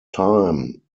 time